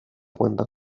cuenta